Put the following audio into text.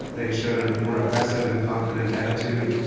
they showed a more aggressive and confident attitude,